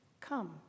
come